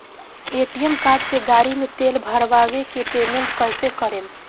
ATM card से गाड़ी मे तेल भरवा के पेमेंट कैसे करेम?